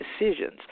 decisions